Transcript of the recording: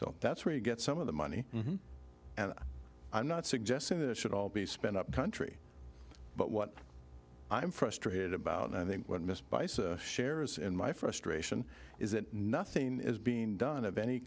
so that's where you get some of the money and i'm not suggesting that it should all be spent up country but what i'm frustrated about and i think one missed by shares in my frustration is that nothing is being done of any